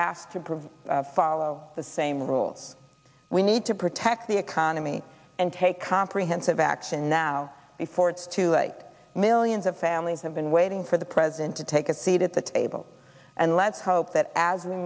asked to provide follow the same rules we need to protect the economy and take comprehensive action now before it's too late millions of families have been waiting for the president to take a seat at the table and let's hope that as